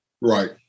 right